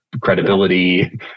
credibility